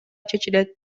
чечилет